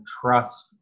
trust